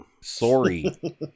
Sorry